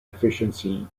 efficiency